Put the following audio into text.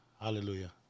Hallelujah